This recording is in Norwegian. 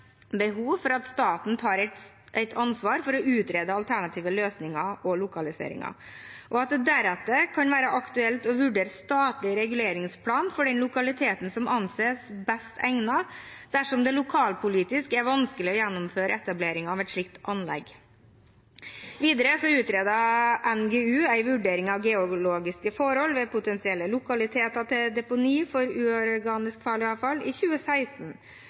behov for at staten tar et ansvar for å utrede alternative løsninger og lokaliseringer, og at det deretter kan være aktuelt å vurdere statlig reguleringsplan for den lokaliteten som anses best egnet dersom det lokalpolitisk er vanskelig å gjennomføre etablering av et slikt anlegg. Videre utredet NGU en vurdering av geologiske forhold ved potensielle lokaliteter til deponi for uorganisk farlig avfall i 2016.